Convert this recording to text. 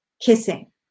kissing